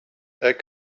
that